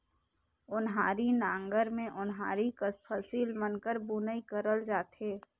ओन्हारी नांगर मे ओन्हारी कस फसिल मन कर बुनई करल जाथे